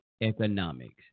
economics